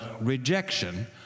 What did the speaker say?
rejection